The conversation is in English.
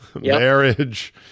marriage